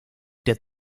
der